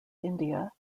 india